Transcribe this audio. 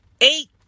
Eight